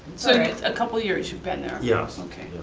so, a couple of years you've been there? yeah. okay.